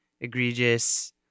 Egregious